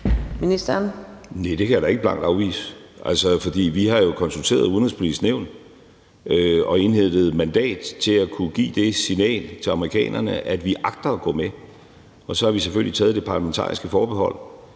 Rasmussen): Næh, det kan jeg da ikke blankt afvise, for vi har jo konsulteret Det Udenrigspolitiske Nævn og indhentet mandat til at kunne give det signal til amerikanerne, at vi agter at gå med, og så har vi selvfølgelig taget det parlamentariske forbehold,